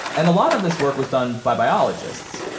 and a lot of this work was done by biologists,